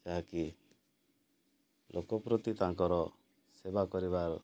ଯାହାକି ଲୋକପ୍ରତି ତାଙ୍କର ସେବା କରିବାର